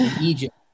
Egypt